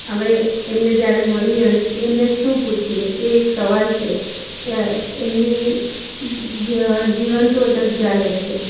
હવે એમને જ્યારે મળીએ અને એમને શું પૂછીએ એ એક સવાલ છે કે એમની જીવન તો જગજાહેર છે